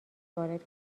وارد